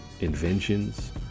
inventions